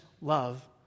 love